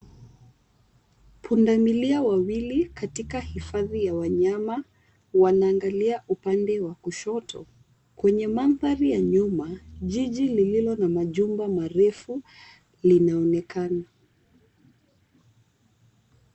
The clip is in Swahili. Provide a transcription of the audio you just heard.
Pundamilia wawili katika hifadhi ya wanyama wanaangalia upande wa kushoto. Kwenye mandhari ya nyuma, jiji lililo na majumba marefu linaonekana.